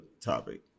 topic